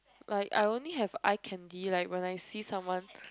like I only have eye candy like when I see someone